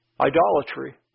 idolatry